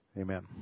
Amen